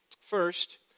First